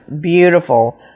Beautiful